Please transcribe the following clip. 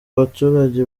baturage